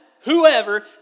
whoever